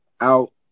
out